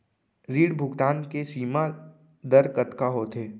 ऋण भुगतान के सीमा दर कतका होथे?